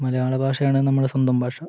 മലയാളഭാഷയാണ് നമ്മുടെ സ്വന്തം ഭാഷ